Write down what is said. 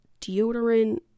deodorant